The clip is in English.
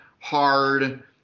hard